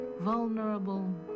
Vulnerable